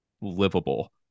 livable